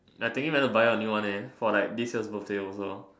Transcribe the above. I thinking whether to buy a new one leh for like this year birthday also